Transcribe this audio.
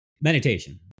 meditation